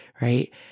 right